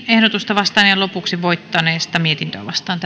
ehdotusta vastaan ja lopuksi voittaneesta mietintöä vastaan